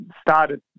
started